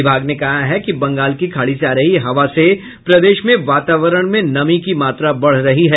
विभाग ने कहा है कि बंगाल की खाड़ी से आ रही हवा से प्रदेश में वातावरण में नमी की मात्रा बढ़ रही है